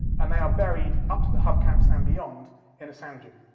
and they are buried up to the hubcaps and beyond in a sand dune.